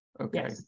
Okay